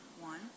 One